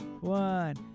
one